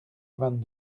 vingt